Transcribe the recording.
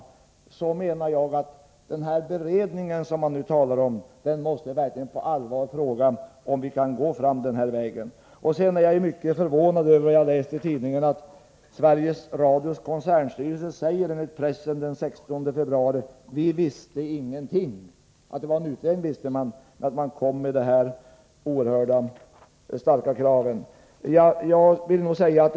Därför menar jag att den beredning som man nu talar om verkligen på allvar måste fråga sig om man kan gå den föreslagna vägen. Jag är mycket förvånad över vad jag läst i tidningarna om att Sveriges Radios koncernstyrelse uttalat sig den 16 februari. Enligt pressen sade man: Vi visste ingenting. Man visste att det pågick en utredning, men att den skulle komma med dessa oerhört starka krav kände man alltså inte till.